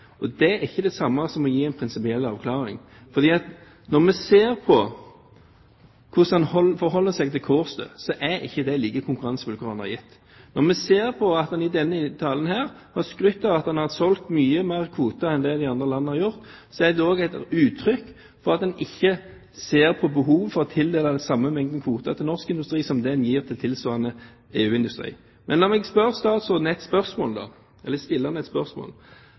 det. Det er ikke det samme som å gi en prinsipiell avklaring. Når vi ser hvordan han forholder seg til Kårstø, har han ikke gitt like konkurransevilkår. Når vi ser at han i talen her har skrytt av at han har solgt mye mer kvoter enn det de andre landene har gjort, er det et uttrykk for at han ikke ser på behovet for å tildele samme mengde kvoter til norsk industri som det en gir til tilsvarende EU-industri. Men la meg stille statsråden et spørsmål: